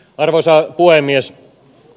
arvoisa puhemies